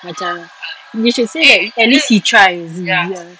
macam you should say that at least he tried it's easier